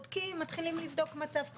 מתחילים לבדוק מצב קודם,